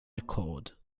accord